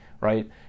right